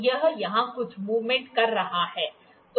यह यहां कुछ मूवमेंट कर रहा है